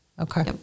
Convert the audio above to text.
Okay